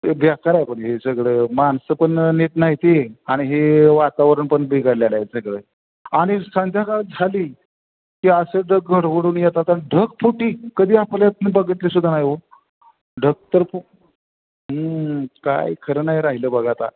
हे बेकार आहे बघा हे सगळं माणसं पण नीट नाहीत आणि हे वातावरण पण बिघडलेलं आहे सगळं आणि संध्याकाळ झाली की असं ढग गडगडून येतात ढगफुटी कधी आपल्यात बघितलीसुद्धा नाही हो ढग तर काय खरं नाही राहिलं बघा आता